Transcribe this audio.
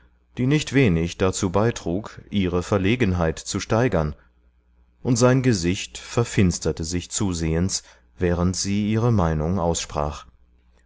die nicht wenig dazu beitrug ihre verlegenheit zu steigern und sein gesicht verfinsterte sich zusehends während sie ihre meinung aussprach